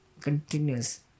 continuous